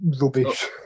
rubbish